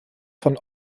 von